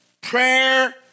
prayer